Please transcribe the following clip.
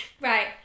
Right